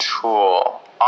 tool